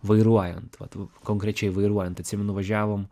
vairuojant vat konkrečiai vairuojant atsimenu važiavom